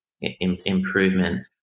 improvement